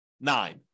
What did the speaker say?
nine